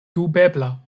dubebla